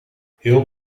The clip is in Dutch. heel